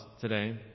today